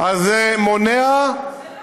זה מונע -- זה לא.